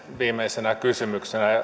viimeisenä kysymyksenä